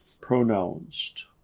pronounced